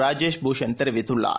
ராஜேஷ்பூஷண்தெரிவித்துள்ளார்